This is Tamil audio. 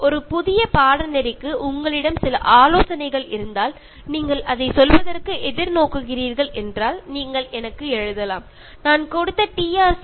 ஒரு புதிய பாடநெறிக்கு உங்களிடம் சில ஆலோசனைகள் இருந்தால் நீங்கள் அதை சொல்வதற்கு எதிர்நோக்குகிறீர்கள் என்றால் நீங்கள் எனக்கு எழுதலாம் நான் கொடுத்த trciitk